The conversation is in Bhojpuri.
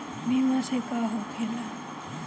बीमा से का होखेला?